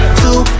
two